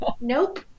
Nope